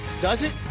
does it?